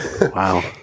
Wow